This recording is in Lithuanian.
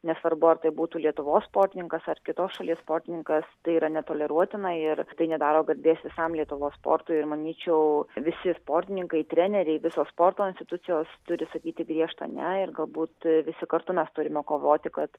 nesvarbu ar tai būtų lietuvos sportininkas ar kitos šalies sportininkas tai yra netoleruotina ir tai nedaro garbės visam lietuvos sportui ir manyčiau visi sportininkai treneriai visos sporto institucijos turi sakyti griežtą ne ir galbūt visi kartu mes turime kovoti kad